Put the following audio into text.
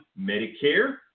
Medicare